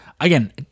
again